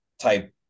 type